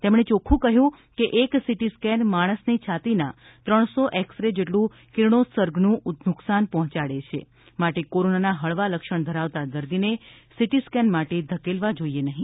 તેમણે ચોખ્ખું કહ્યું છે કે એક સિટી સ્કૅન માણસની છાતી ના ત્રણસો એક્સ રે જેટલું કિરણોત્સર્ગનું નુકસાન પહોંચાડે છે માટે કોરોનાના હળવા લક્ષણ ધરાવતા દર્દીને સિટી સ્કૅન માટે ધકેલવા જોઈએ નહીં